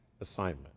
assignment